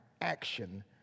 action